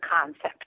concept